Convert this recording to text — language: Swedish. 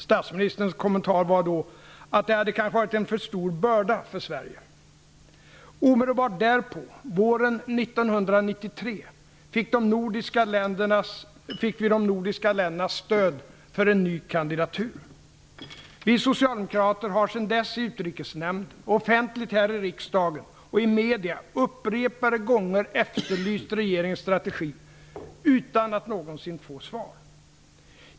Statsministerns kommentar var då att det kanske hade varit en för stor börda för Sverige. Omedelbart därpå, våren 1993, fick vi de nordiska ländernas stöd för en ny kandidatur. Vi socialdemokrater har sedan dess i Utrikesnämnden, offentligt här i riksdagen och i medier upprepade gånger efterlyst regeringens strategi, utan att någonsin få svar.